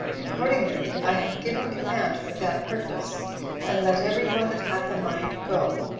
accordingly, i have given command for that purpose and let every one that hath a mind go,